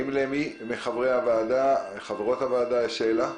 האם למישהו מחברות או חברי הוועדה יש שאלה?